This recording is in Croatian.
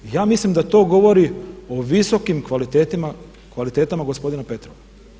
I ja mislim da to govori o visokim kvalitetama gospodina Petrova.